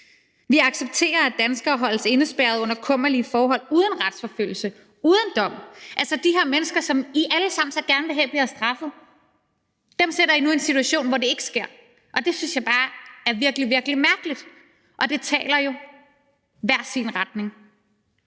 Vi accepterer, at danskere holdes indespærret under kummerlige forhold uden retsforfølgelse, uden dom. Altså, de her mennesker, som I alle sammen så gerne vil have bliver straffet, sætter I nu i en situation, hvor det ikke sker, og det synes jeg bare er virkelig, virkelig mærkeligt, og det taler jo i hver sin retning.